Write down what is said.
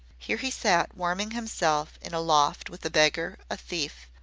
here he sat warming himself in a loft with a beggar, a thief,